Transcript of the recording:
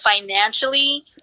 financially